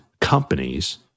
companies